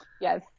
Yes